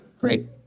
Great